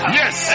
yes